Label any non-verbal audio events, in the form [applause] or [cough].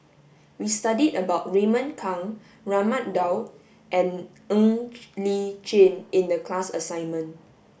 we studied about Raymond Kang Raman Daud and Ng [noise] Li Chin in the class assignment